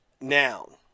noun